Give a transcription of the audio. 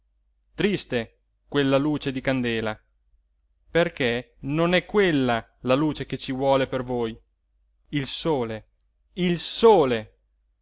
eh triste quella luce di candela perché non è quella la luce che ci vuole per voi il sole il sole